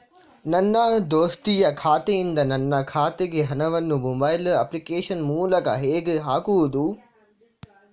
ನನ್ನ ದೋಸ್ತಿಯ ಖಾತೆಯಿಂದ ನನ್ನ ಖಾತೆಗೆ ಹಣವನ್ನು ಮೊಬೈಲ್ ಅಪ್ಲಿಕೇಶನ್ ಮೂಲಕ ಹೇಗೆ ಹಾಕುವುದು?